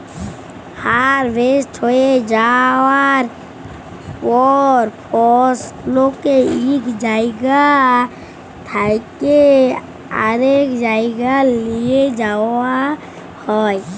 harvest হঁয়ে যাউয়ার পর ফসলকে ইক জাইগা থ্যাইকে আরেক জাইগায় লিঁয়ে যাউয়া হ্যয়